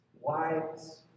wives